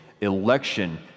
election